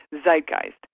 Zeitgeist